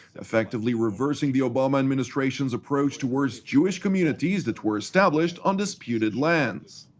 effectively reversing the obama administration's approach towards jewish communities that were established on disputed lands.